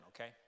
okay